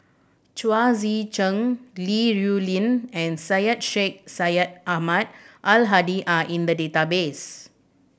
Chao Tzee Cheng Li Rulin and Syed Sheikh Syed Ahmad Al Hadi are in the database